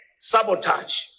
sabotage